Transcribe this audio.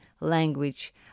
Language